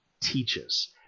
teaches